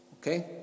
Okay